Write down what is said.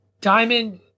diamond